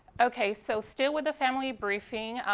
okay. so still with the family briefing,